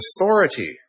authority